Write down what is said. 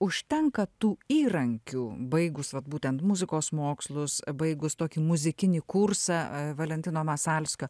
užtenka tų įrankių baigus vat būtent muzikos mokslus baigus tokį muzikinį kursą e valentino masalskio